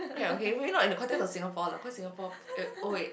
okay okay probably not in the context of Singapore lah cause Singapore